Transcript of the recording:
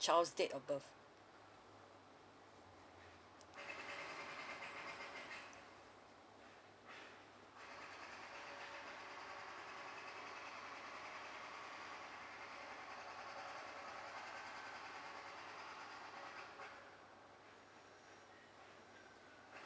child's date of birth